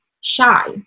shy